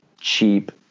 cheap